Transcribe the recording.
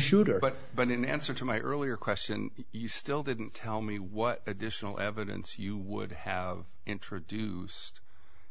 shooter but but in answer to my earlier question you still didn't tell me what additional evidence you would have introduced